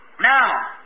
now